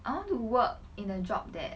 I want to work in a job that